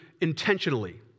intentionally